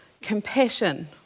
compassion